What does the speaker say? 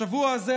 השבוע הזה,